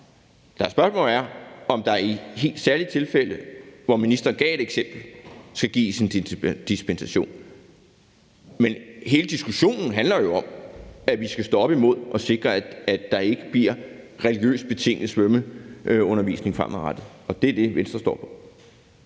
om. Spørgsmålet er, om der i helt særlige tilfælde – og der gav ministeren et eksempel – skal gives en dispensation. Men hele diskussionen handler jo om, at vi skal sikre, at der ikke bliver religiøst betinget svømmeundervisning fremadrettet; det skal vi stå op